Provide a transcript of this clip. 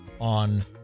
on